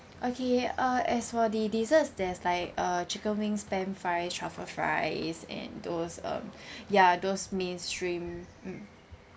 okay uh as for the desserts there's like a chicken wing spam fries truffle fries and those um ya those mainstream mm